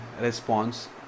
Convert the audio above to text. Response